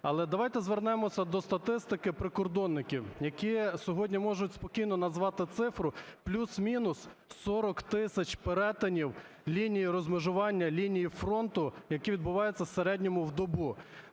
Але давайте звернемося до статистики прикордонників, які сьогодні можуть спокійно назвати цифру плюс-мінус 40 тисяч перетинів лінії розмежування, лінії фронту, які відбуваються у середньому в добу.